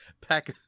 pack